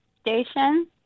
station